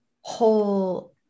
whole